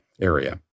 area